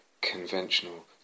conventional